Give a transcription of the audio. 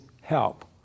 help